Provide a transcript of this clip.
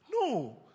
No